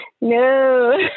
No